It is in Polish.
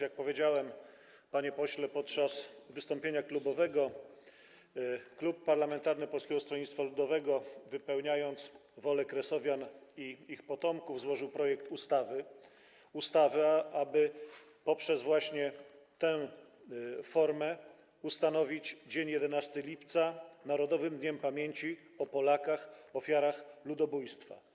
Jak powiedziałem, panie pośle, podczas wystąpienia klubowego, Klub Parlamentarny Polskiego Stronnictwa Ludowego, wypełniając wolę kresowian i ich potomków, złożył projekt ustawy, aby w tej formie ustanowić dzień 11 lipca narodowym dniem pamięci o Polakach ofiarach ludobójstwa.